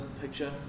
picture